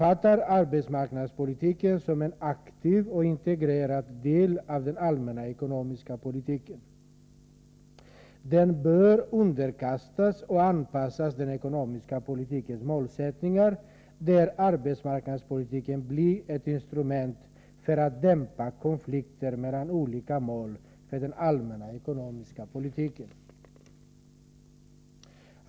Arbetsmarknadspolitiken uppfattas härvid som en aktiv och integrerad del av den allmänna ekonomiska politiken. Den bör underkastas och anpassas till den ekonomiska politikens målsättningar, där arbetsmarknadspolitiken blir ett instrument för att dämpa konflikter mellan olika mål för den allmänna ekonomiska politiken.